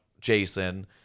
Jason